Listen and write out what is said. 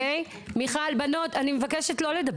<< יור >> פנינה תמנו